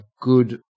good